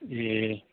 ए